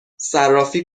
صرافی